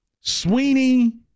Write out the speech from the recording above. Sweeney